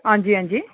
हां जी हां जी